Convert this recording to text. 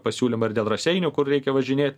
pasiūlymą ir dėl raseinių kur reikia važinėt